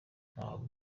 ntaho